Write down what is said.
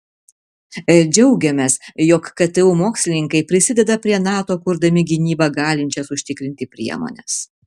džiaugiamės jog ktu mokslininkai prisideda prie nato kurdami gynybą galinčias užtikrinti priemones